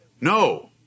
No